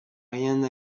rien